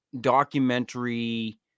documentary